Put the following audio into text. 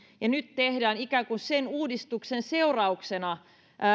ja nyt tehdään ikään kuin sen uudistuksen seurauksena